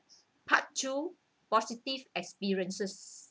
part two positive experiences